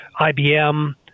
IBM